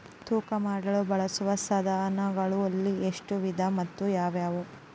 ತೂಕ ಮಾಡಲು ಬಳಸುವ ಸಾಧನಗಳಲ್ಲಿ ಎಷ್ಟು ವಿಧ ಮತ್ತು ಯಾವುವು?